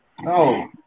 no